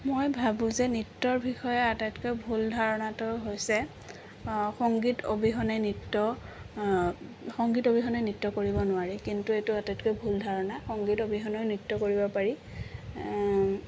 মই ভাবোঁ যে নৃত্যৰ বিষয়ে আটাইতকৈ ভুল ধাৰণাটো হৈছে সংগীত অবিহনে নৃত্য সংগীত অবিহনে নৃত্য কৰিব নোৱাৰি কিন্তু এইটো আতাইতকৈ ভুল ধাৰণা সংগীত অবিহনেও নৃত্য কৰিব পাৰি